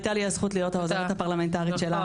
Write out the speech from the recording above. והייתה לי הזכות להיות העוזרת הפרלמנטרית שלה